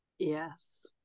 Yes